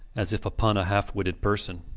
as if upon a half-witted person.